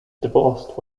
divorced